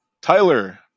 Tyler